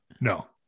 no